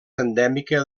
endèmica